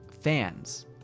fans